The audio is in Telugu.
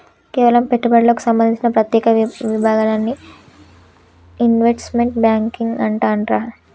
కేవలం పెట్టుబడులకు సంబంధించిన ప్రత్యేక విభాగాన్ని ఇన్వెస్ట్మెంట్ బ్యేంకింగ్ అంటుండ్రు